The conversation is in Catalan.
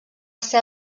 ser